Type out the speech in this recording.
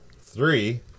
three